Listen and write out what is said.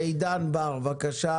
מידן בר, בבקשה.